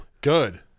Good